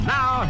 Now